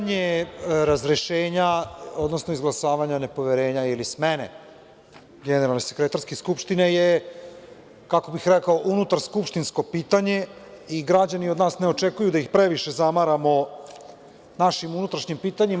Pitanje razrešenja, odnosno izglasavanja nepoverenja ili smene generalne sekretarke Skupštine je, kako bih rekao, unutarskupštinsko pitanje i građani od nas ne očekuju da ih previše zamaramo našim unutrašnjim pitanjima.